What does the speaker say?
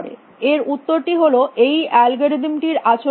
এর উত্তরটি হল এই অ্যালগরিদম টির আচরণ কী